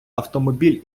автомобіль